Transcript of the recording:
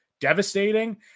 devastating